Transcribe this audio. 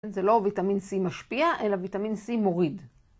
זה לא ויטמין C משפיע, אלא ויטמין C מוריד.